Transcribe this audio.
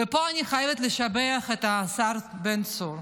ופה אני חייבת לשבח את השר בן צור.